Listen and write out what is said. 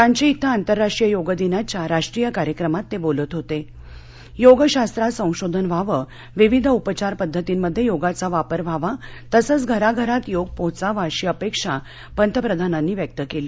रांची इथं आंतरराष्ट्रीय योगदिनाच्या राष्ट्रीय कार्यक्रमात त बिलत होत सोग शास्त्रात संशोधन व्हावं विविध उपचार पद्धतींमध्यव्रिगाचा वापर व्हावा तसंच घराघरात योग पोहोचावा अशी अपक्त पंतप्रधानांनी व्यक्त कल्ली